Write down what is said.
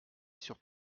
sur